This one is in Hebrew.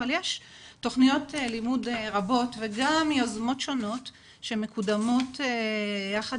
אבל יש תכניות לימוד רבות וגם יוזמות שונות שמקודמות יחד